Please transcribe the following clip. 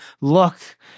look